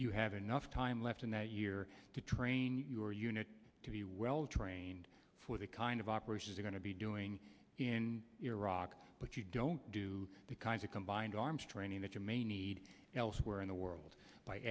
you have enough time left in that year to train your unit to be well trained for the kind of operations are going to be doing in iraq but you don't do the kinds of combined arms training that you may need elsewhere in the world